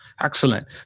excellent